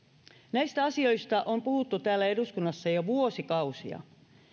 näistä asioista on puhuttu täällä eduskunnassa jo vuosikausia